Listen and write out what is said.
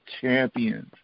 Champions